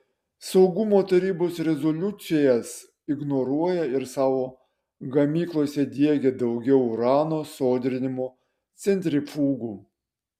saugumo tarybos rezoliucijas ignoruoja ir savo gamyklose diegia daugiau urano sodrinimo centrifugų